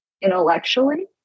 intellectually